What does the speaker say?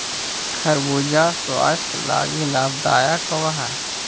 खरबूजा स्वास्थ्य लागी लाभदायक होब हई